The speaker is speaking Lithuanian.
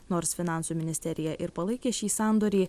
nors finansų ministerija ir palaikė šį sandorį